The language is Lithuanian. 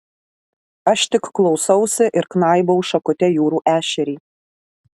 aš tik klausausi ir knaibau šakute jūrų ešerį